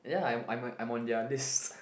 ya I'm I'm I'm on their list